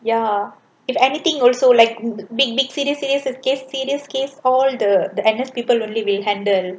ya if anything also like big big serious serious case serious case all the anaes people only will handle